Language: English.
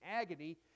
agony